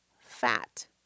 fat